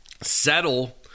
settle